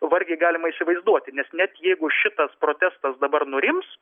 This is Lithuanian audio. vargiai galima įsivaizduoti nes net jeigu šitas protestas dabar nurims